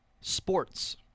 sports